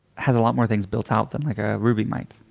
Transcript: has a lot more things built out than like a ruby might.